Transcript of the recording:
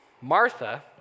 Martha